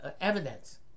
evidence